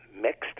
mixed